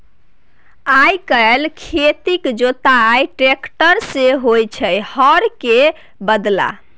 आइ काल्हि खेतक जोताई टेक्टर सँ होइ छै हर केर बदला